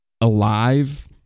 alive